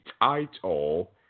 title